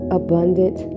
abundant